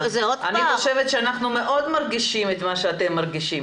אני חושבת שאנחנו מאוד מרגישים את מה שאתם מרגישים,